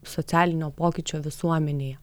socialinio pokyčio visuomenėje